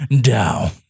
down